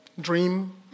dream